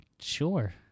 Sure